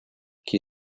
qui